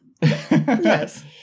Yes